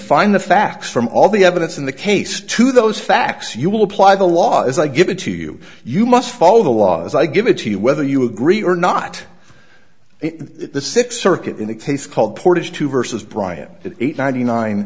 find the facts from all the evidence in the case to those facts you will apply the law as i give it to you you must follow the law as i give it to you whether you agree or not the sixth circuit in the case called portage two versus bryant eight ninety nine